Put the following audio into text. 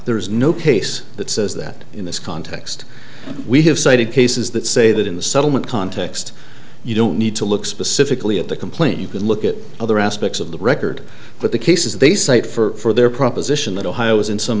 there is no case that says that in this context we have cited cases that say that in the settlement context you don't need to look specifically at the complaint you can look at other aspects of the record but the cases they cite for their proposition that ohio is in some